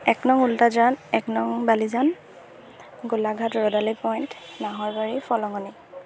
এক নং উল্টাজান এক নং বালিজান গোলাঘাট ৰ'দালি পইণ্ট নাহৰবাৰী ফলঙনি